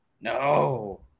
no